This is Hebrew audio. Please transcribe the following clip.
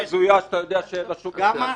סליחה,